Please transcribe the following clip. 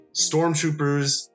stormtroopers